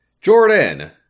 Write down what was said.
Jordan